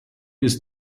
ist